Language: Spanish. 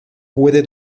puede